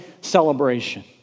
celebration